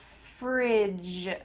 fridge.